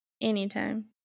anytime